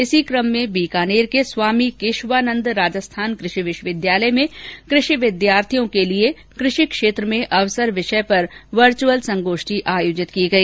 इसी कम में बीकानेर के स्वामी केशवानंद राजस्थान कृषि विश्वविद्यालय में कृषि विद्यार्थियों के लिए कृषि क्षेत्र में अवसर विषय पर वर्चुअल संगोष्ठी आयोजित की गई